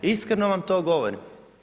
Iskreno vam to govorim.